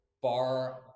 bar